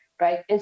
right